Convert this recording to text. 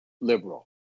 liberal